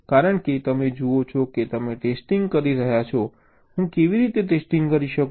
કારણ કે તમે જુઓ છો કે તમે ટેસ્ટિંગ કરી રહ્યા છો હું કેવી રીતે ટેસ્ટિંગ કરી શકું